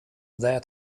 that